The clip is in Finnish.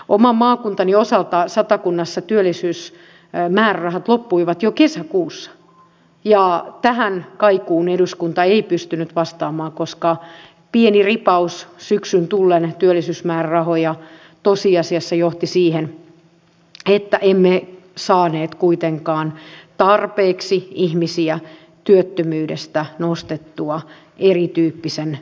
oman maakuntani satakunnan osalta työllisyysmäärärahat loppuivat jo kesäkuussa ja tähän kaikuun eduskunta ei pystynyt vastaamaan koska pieni ripaus työllisyysmäärärahoja syksyn tullen tosiasiassa johti siihen että emme saaneet kuitenkaan tarpeeksi ihmisiä työttömyydestä nostettua erityyppisten polkujen piiriin